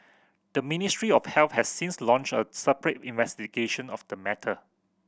the Ministry of Health has since launched a separate investigation of the matter